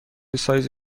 سایز